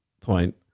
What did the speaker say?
point